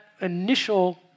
initial